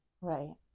right